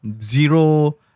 zero